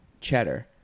cheddar